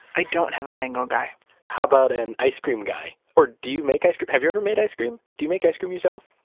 i don't have a mango guy how about an ice cream guy? or do you make ice cream? have you ever made ice cream? do you make ice cream yourself?